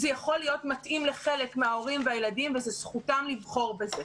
זה יכול להיות מתאים לחלק מההורים והילדים וזאת זכותם לבחור בזה,